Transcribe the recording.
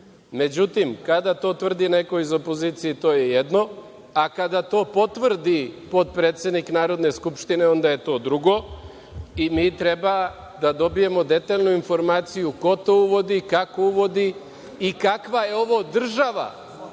to neko tvrdi iz opozicije, to je jedno, a kada to potvrdi potpredsednik Narodne skupštine, onda je to drugo i mi treba da dobijemo detaljnu informaciju, ko to uvodi, kako uvodi i kakva je ovo država